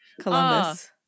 Columbus